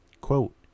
Quote